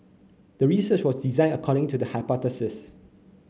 the research was designed according to the hypothesis